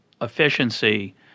efficiency